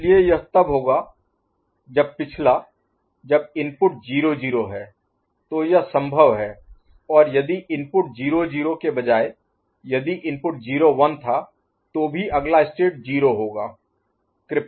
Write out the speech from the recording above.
इसलिए यह तब होगा जब पिछला जब इनपुट 0 0 है तो यह संभव है और यदि इनपुट 0 0 के बजाय यदि इनपुट 0 1 था तो भी अगला स्टेट 0 होगा